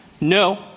No